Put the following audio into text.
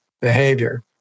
behavior